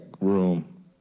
room